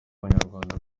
abanyarwanda